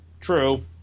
True